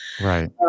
right